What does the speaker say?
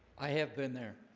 i have been there